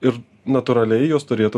ir natūraliai jos turėtų